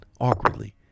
awkwardly